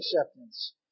acceptance